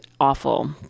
awful